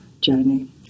journey